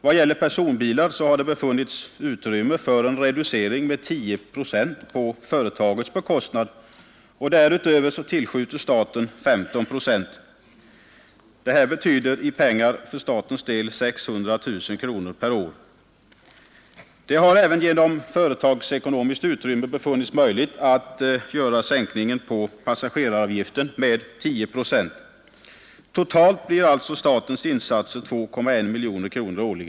Vad gäller personbilar har man funnit utrymme för en reducering med 10 procent på företagets bekostnad, och därutöver tillskjuter staten 15 procent. Det betyder i pengar för statens del 600 000 kronor per år. Det har även genom företagsekonomiskt utrymme befunnits möjligt att göra sänkningar av passageraravgiften med 10 procent. Totalt blir alltså statens insatser 2,1 miljoner kronor per år.